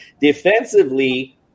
defensively